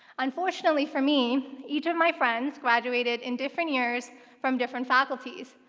unfortunately for me, each of my friends graduated in different years from different faculties,